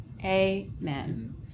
Amen